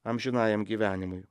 amžinajam gyvenimui